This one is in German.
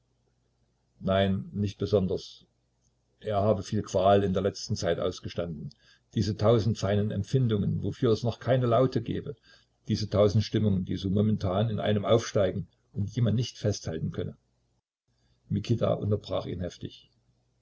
nein nicht besonders er habe viel qual in der letzten zeit ausgestanden diese tausend feinen empfindungen wofür es noch keine laute gebe diese tausend stimmungen die so momentan in einem aufsteigen und die man nicht festhalten könne mikita unterbrach ihn heftig